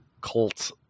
cult